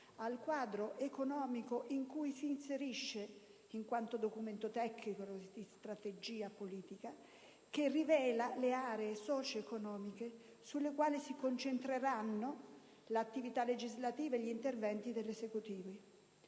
al quadro economico in cui si inserisce, in quanto documento tecnico di strategia politica che rivela le aree socio-economiche sulle quali si concentrano l'attività legislativa e gli interventi dell'Esecutivo.